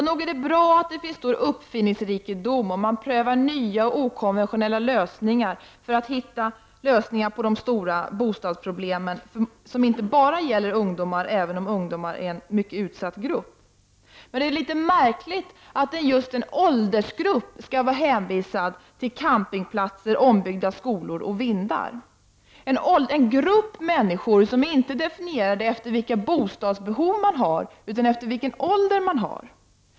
Nog är det bra att det finns uppfinningsrikedom, att man prövar nya och okonventionella lösningar för att hitta en lösning på de stora bostadsproblem som inte bara gäller ungdomar, även om ungdomar är en mycket utsatt grupp. Men det är litet märkligt att just en åldersgrupp skall vara hänvisad till campingplatser, ombyggda skolor och vindar, en grupp som inte är definierad efter vilka bostadsbehov den har utan efter vilken ålder den har.